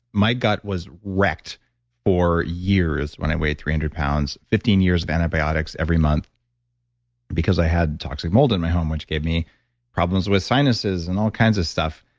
my gut was wrecked for years when i weighed three hundred pounds, fifteen years of antibiotics every month because i had toxic mold in my home, which gave me problems with sinuses and all kinds of stuff,